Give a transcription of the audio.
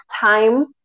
time